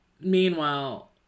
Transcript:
meanwhile